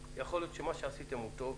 כמובן יכול להיות שמה שעשיתם הוא טוב,